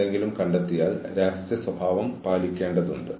മെച്ചപ്പെടുത്താൻ നിങ്ങൾ അവർക്ക് കുറച്ച് അവസരം നൽകേണ്ടതുണ്ട്